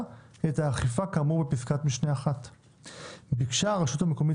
את האכיפה כאמור בפסקת משנה (1); ביקשה הרשות המקומית